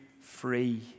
free